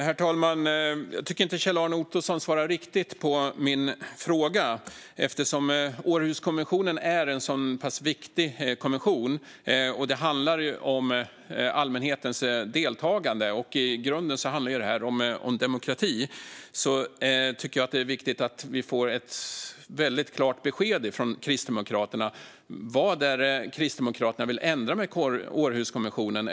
Herr talman! Jag tycker inte riktigt att Kjell-Arne Ottosson svarar på min fråga. Århuskonventionen är en så pass viktig konvention; det handlar om allmänhetens deltagande och i grunden om demokrati. Därför tycker jag att det är viktigt att vi får ett klart besked från Kristdemokraterna om vad de vill ändra med Århuskonventionen.